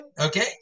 Okay